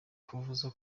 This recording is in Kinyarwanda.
kuvuga